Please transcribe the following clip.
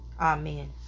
Amen